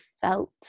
felt